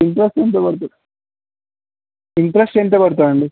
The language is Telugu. ఇంట్రెస్ట్ ఎంత పడుతుంది ఇంట్రెస్ట్ ఎంత పడుతుందండి